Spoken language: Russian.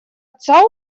отца